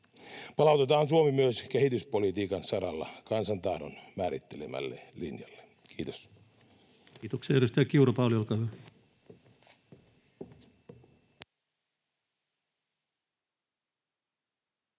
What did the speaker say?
Palautetaan Suomi myös kehityspolitiikan saralla kansan tahdon määrittelemälle linjalle. — Kiitos. Kiitoksia. — Edustaja Kiuru, Pauli, olkaa hyvä. Arvoisa